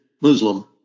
Muslim